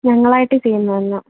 ഞങ്ങളായിട്ട് ചെയ്യുന്നത് തന്ന